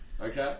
Okay